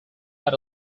had